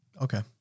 Okay